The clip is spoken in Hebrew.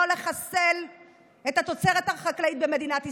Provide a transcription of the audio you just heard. לא לחסל את התוצרת החקלאית במדינת ישראל,